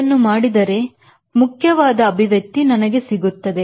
ನಾನು ಇದನ್ನು ಮಾಡಿದರೆ ಇದು ಮುಖ್ಯವಾದ ಅಭಿವ್ಯಕ್ತಿ ನನಗೆ ಸಿಗುತ್ತದೆ